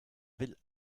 will